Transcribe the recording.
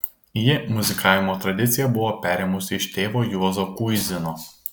ji muzikavimo tradiciją buvo perėmusi iš tėvo juozo kuizino